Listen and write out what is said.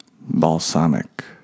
Balsamic